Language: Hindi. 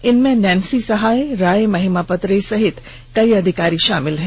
इनमें नैन्सी सहाय राय महिमापत रे सहित कई अधिकारी शामिल हैं